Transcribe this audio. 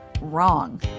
Wrong